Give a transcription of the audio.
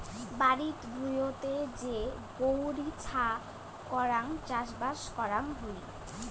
বাড়িত ভুঁইতে যে গৈরী ছা করাং চাষবাস করাং হই